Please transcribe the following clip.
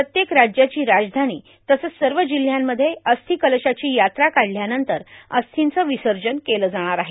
प्रत्येक राज्याची राजधानी तसंच सर्व जिल्ह्यांमध्ये अस्थिकलशाची यात्रा काढल्यानंतर अस्थींचं विसर्जन केलं जाणार आहे